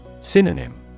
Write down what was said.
Synonym